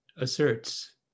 asserts